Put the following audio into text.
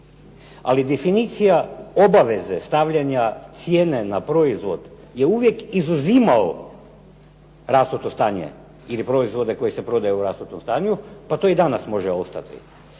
Ali definicija obaveze stavljanja cijene na proizvod je uvijek izuzimao rasuto stanje ili proizvode koji se prodaju u rasutom stanju, pa to i danas može ostati.